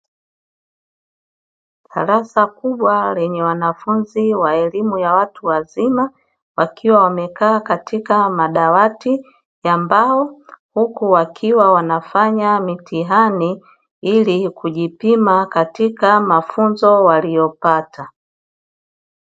Darasa kubwa lenye wanafunzi wa elimu ya watu wazima wakiwa wamekaa katika madawati ya mbao huku wakiwa wanafanya mitihani ili kujipima katika mafunzo waliyopata.